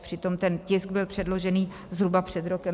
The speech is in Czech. Přitom ten tisk byl předložený zhruba před rokem.